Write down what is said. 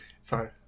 Sorry